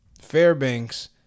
Fairbanks